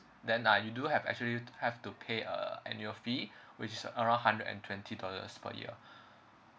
then uh you do have actually have to pay uh annual fee which is around hundred and twenty dollars per year